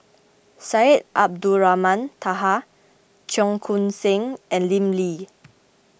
Syed Abdulrahman Taha Cheong Koon Seng and Lim Lee